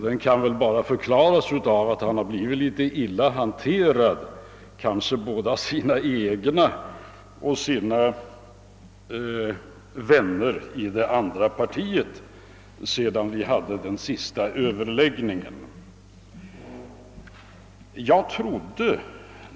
Det kan väl bara förklaras av att han har blivit litet illa hanterad både av sina egna och av sina vänner i det andra mittenpartiet sedan vi hade vår senaste överläggning.